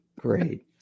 Great